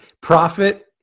profit